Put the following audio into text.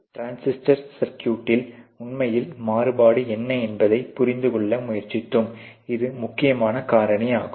transistor சர்க்யூட்டில் உண்மையில் மாறுபாடு என்ன என்பதைப் புரிந்து கொள்ள முயற்சித்தோம் இது முக்கியமான காரணி ஆகும்